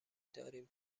داریم